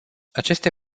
aceste